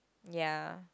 ya